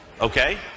okay